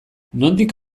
nondik